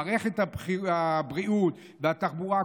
מערכת הבריאות והתחבורה.